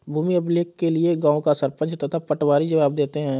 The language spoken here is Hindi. भूमि अभिलेख के लिए गांव का सरपंच तथा पटवारी जवाब देते हैं